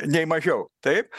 nei mažiau taip